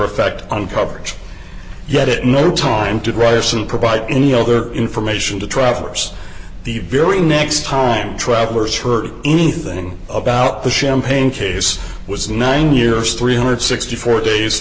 effect on coverage yet it no time to dress and provide any other information to travelers the very next time travellers heard anything about the champagne case was nine years three hundred and sixty four days